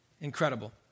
Incredible